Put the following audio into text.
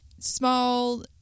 small